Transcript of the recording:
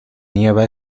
nieva